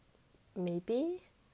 maybe